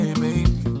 baby